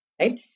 right